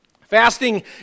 Fasting